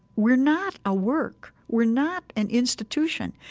we're not a work, we're not an institution,